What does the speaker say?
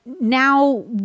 now